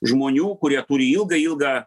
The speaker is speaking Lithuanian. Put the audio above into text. žmonių kurie turi ilgą ilgą